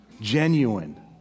genuine